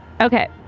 Okay